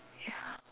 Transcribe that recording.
ya